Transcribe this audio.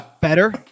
better